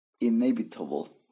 inevitable